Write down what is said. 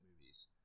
movies